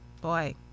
boy